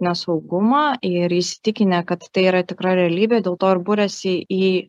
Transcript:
nesaugumą ir įsitikinę kad tai yra tikra realybė dėl to ir buriasi į